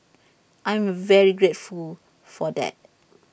I'm very grateful for that